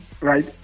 right